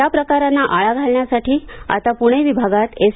या प्रकारांना आळा घालण्यासाठी आता प्णे विभागात एस